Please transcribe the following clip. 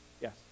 Yes